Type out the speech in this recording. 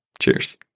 Cheers